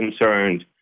concerned